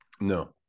no